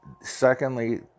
secondly